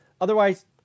Otherwise